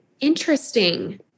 interesting